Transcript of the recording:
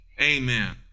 Amen